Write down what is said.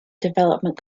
development